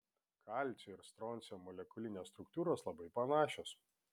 kalcio ir stroncio molekulinės struktūros labai panašios